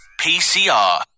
PCR